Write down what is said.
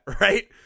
right